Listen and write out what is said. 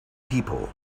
people